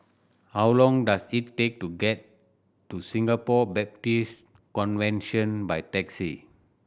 how long does it take to get to Singapore Baptist Convention by taxi